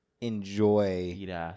enjoy